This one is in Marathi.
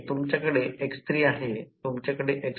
तर या प्रकरणात ते 11500 2300 1300 13800 व्होल्ट सह असेल